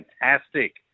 fantastic